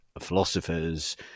philosophers